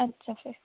अच्छा फिर